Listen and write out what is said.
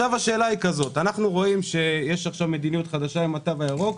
השאלה היא כזאת: אנחנו רואים שיש עכשיו מדיניות חדשה עם התו הירוק.